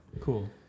Cool